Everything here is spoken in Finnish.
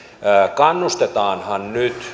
kannustetaanhan nyt